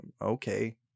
okay